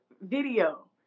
video